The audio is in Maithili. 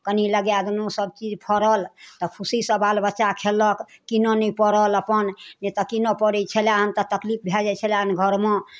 कनि लगाए देलहुॅं सभ चीज फड़ल तऽ खुशी से बाल बच्चा खेलक कीनऽ नै पड़ल अपन नै तऽ कीनऽ पड़ै छेलै हेँ तऽ तकलीफ भए जाइ छेलै हेँ घरमे